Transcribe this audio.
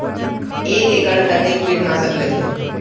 एक एकड़ कतेक किट नाशक लगही?